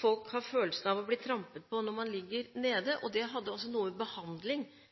folk har følelsen av å bli trampet på når man ligger nede – og det har også noe